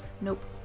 Nope